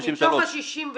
מתוך ה-67.